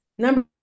Number